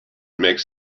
makes